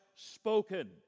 spoken